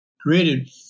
created